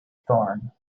thorn